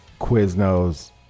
quiznos